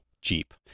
Jeep